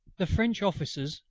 the french officers,